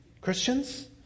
Christians